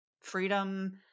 freedom